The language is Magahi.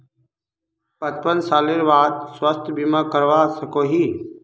पचपन सालेर बाद स्वास्थ्य बीमा करवा सकोहो ही?